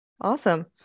awesome